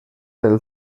del